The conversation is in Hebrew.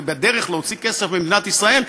ובדרך להוציא כסף ממדינת ישראל,